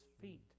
feet